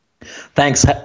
Thanks